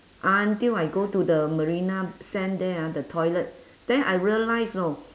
until I go to the marina sand there ah the toilet then I realised you know